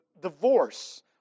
divorce